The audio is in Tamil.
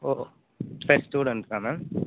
ஓ சரி ஸ்டுடண்ட்ஸ் தான் மேம்